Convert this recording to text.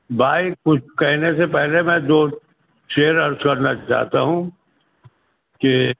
بھائی کچھ کہنے سے پہلے میں دو شعر عرض کرنا چاہتا ہوں کہ